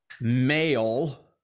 male